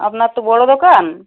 আপনার তো বড়ো দোকান